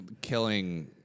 killing